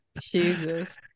Jesus